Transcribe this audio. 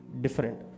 different